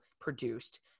produced